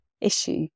issue